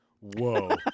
Whoa